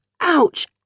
Ouch